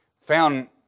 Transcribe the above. found